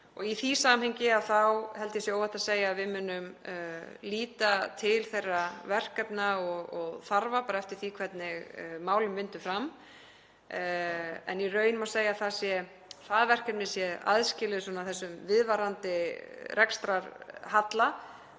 Í því samhengi held ég að sé óhætt að segja að við munum líta til þeirra verkefna og þarfa bara eftir því hvernig málum vindur fram. En í raun má segja að það verkefni sé aðskilið þessum viðvarandi rekstrarhalla